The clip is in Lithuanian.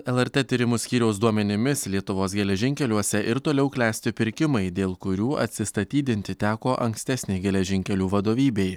lrt tyrimų skyriaus duomenimis lietuvos geležinkeliuose ir toliau klesti pirkimai dėl kurių atsistatydinti teko ankstesnei geležinkelių vadovybei